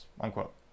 unquote